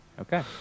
Okay